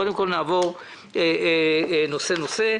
קודם כול נעבור נושא נושא.